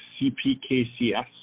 CPKCS